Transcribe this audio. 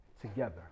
together